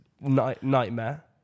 nightmare